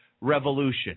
revolution